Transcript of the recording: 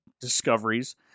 discoveries